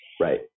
Right